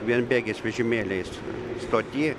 vienbėgiais vežimėliais stoty